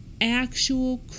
actual